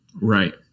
Right